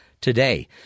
today